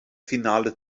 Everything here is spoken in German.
finale